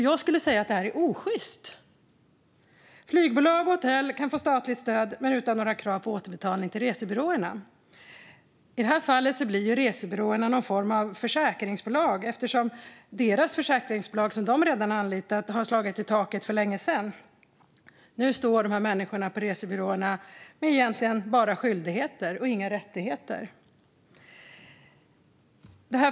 Jag skulle säga att det är osjyst. Flygbolag och hotell kan få statligt stöd men utan några krav på sig att återbetala till resebyråerna. I det här fallet blir resebyråerna någon form av försäkringsbolag eftersom deras försäkringsbolag, som de redan har anlitat, har slagit i taket för länge sedan. Nu står resebyråerna med bara skyldigheter och inga rättigheter.